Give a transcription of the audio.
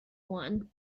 one